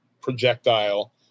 projectile